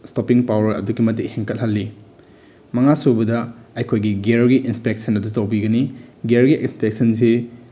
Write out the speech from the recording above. stopping power ꯑꯗꯨꯛꯀꯤ ꯃꯇꯤꯛ ꯍꯦꯟꯀꯠꯍꯜꯂꯤ ꯃꯉꯥꯁꯨꯕꯗ ꯑꯩꯈꯣꯏꯒꯤ ꯒꯤꯌꯔꯒꯤ ꯏꯟꯁꯄꯦꯛꯁꯟ ꯑꯗꯨꯁꯨ ꯇꯧꯕꯤꯒꯅꯤ ꯒꯤꯌꯔꯒꯤ ꯏꯟꯁꯄꯦꯛꯁꯟꯁꯤ